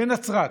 בנצרת.